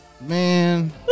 Man